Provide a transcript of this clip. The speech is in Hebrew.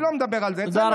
אני לא מדבר על זה, זה לחוד.